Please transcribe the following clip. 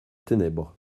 ténèbres